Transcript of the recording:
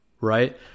right